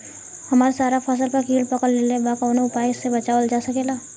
हमर सारा फसल पर कीट पकड़ लेले बा कवनो उपाय से बचावल जा सकेला?